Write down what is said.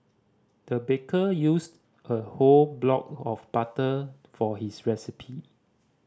the baker used a whole block of butter for his recipe